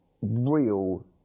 real